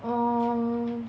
um